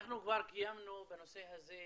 אנחנו כבר קיימנו בנושא הזה,